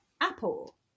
apple